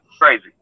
crazy